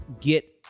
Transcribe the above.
get